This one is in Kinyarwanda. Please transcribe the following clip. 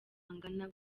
angana